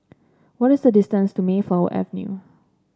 what is the distance to Mayflower Avenue